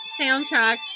soundtracks